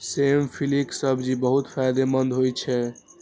सेम फलीक सब्जी बहुत फायदेमंद होइ छै